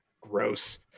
Gross